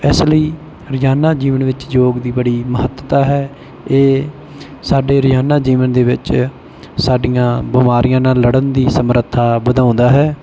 ਇਸ ਲਈ ਰੋਜ਼ਾਨਾ ਜੀਵਨ ਵਿੱਚ ਯੋਗ ਦੀ ਬੜੀ ਮਹੱਤਤਾ ਹੈ ਇਹ ਸਾਡੇ ਰੋਜ਼ਾਨਾ ਜੀਵਨ ਦੇ ਵਿੱਚ ਸਾਡੀਆਂ ਬਿਮਾਰੀਆਂ ਨਾਲ ਲੜਨ ਦੀ ਸਮਰੱਥਾ ਵਧਾਉਂਦਾ ਹੈ